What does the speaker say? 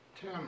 Tim